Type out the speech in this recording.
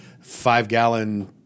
five-gallon